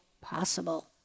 possible